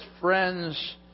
friends